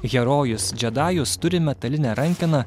herojus džedajus turi metalinę rankeną